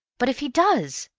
but if he does!